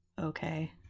okay